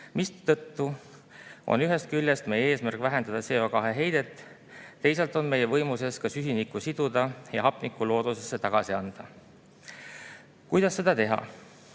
mistõttu on ühest küljest meie eesmärk vähendada CO2heidet, teisalt on meie võimuses ka süsinikku siduda ja hapnikku loodusesse tagasi anda. Kuidas seda teha?